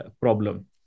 problem